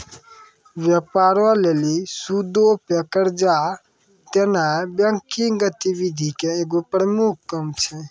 व्यापारो लेली सूदो पे कर्जा देनाय बैंकिंग गतिविधि के एगो प्रमुख काम छै